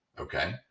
okay